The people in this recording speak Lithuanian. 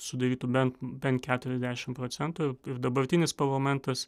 sudarytų bent bent keturiasdešimt procentų ir dabartinis parlamentas